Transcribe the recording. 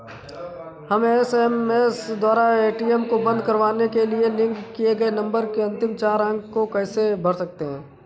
हम एस.एम.एस द्वारा ए.टी.एम को बंद करवाने के लिए लिंक किए गए नंबर के अंतिम चार अंक को कैसे भर सकते हैं?